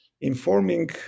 Informing